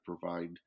provide